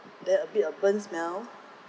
then a bit of burnt smell